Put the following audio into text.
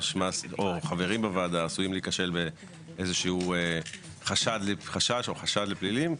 חברים בוועדה עשויים להיכשל באיזה שהוא חשש או חשד לפלילים,